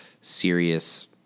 serious